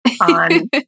on